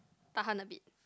tahan a bit